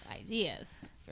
ideas